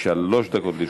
שלוש דקות לרשותך.